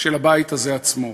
של הבית הזה עצמו.